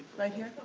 right here.